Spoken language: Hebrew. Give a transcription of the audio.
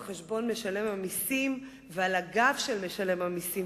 חשבון משלם המסים ועל הגב של משלם המסים.